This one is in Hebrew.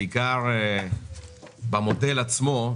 בעיקר במודל עצמו,